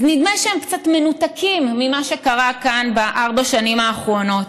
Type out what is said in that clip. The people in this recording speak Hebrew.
אז נדמה שהם קצת מנותקים ממה שקרה כאן בארבע השנים האחרונות.